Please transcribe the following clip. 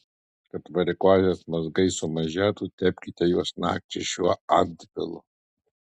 kad varikozės mazgai sumažėtų tepkite juos nakčiai šiuo antpilu